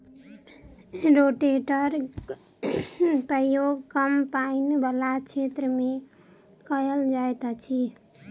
रोटेटरक प्रयोग कम पाइन बला क्षेत्र मे कयल जाइत अछि